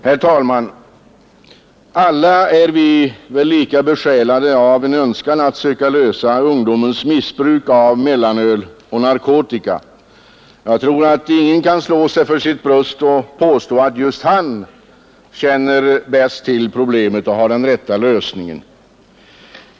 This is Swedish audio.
Herr talman! Alla är vi väl lika besjälade av en önskan att söka lösa ungdomens missbruk av mellanöl och narkotika. Jag tror att ingen kan slå sig för sitt bröst och påstå att just han känner bäst till problemet och har den rätta lösningen.